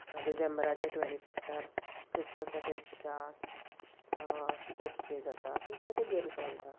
डिसेंबराचे ट्वेंटी फिफ्तार क्रिसमसाच्या दिसा स्पोर्ट्स डे जाता सो जायते गेम्स चलता